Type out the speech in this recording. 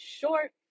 short